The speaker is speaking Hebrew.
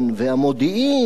והמודיעין,